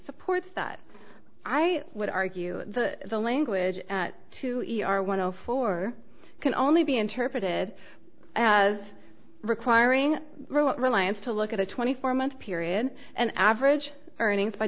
supports that i would argue that the language to e r one l four can only be interpreted as requiring reliance to look at a twenty four month period and average earnings by